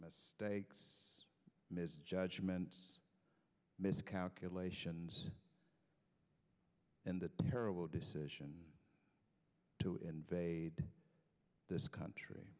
mistakes misjudgment miscalculations and the terrible decision to invade this country